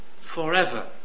forever